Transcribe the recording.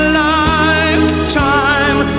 lifetime